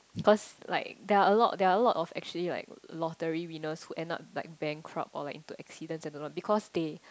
cause like there are a lot there are a lot of actually like lottery winners who end up like bankrupt or like into accidents I don't know because they